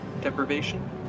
deprivation